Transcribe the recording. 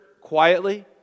quietly